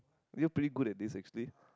you're pretty good at this actually